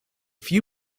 few